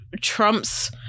Trump's